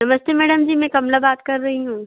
नमस्ते मैडम जी मैं कमला बात कर रही हूँ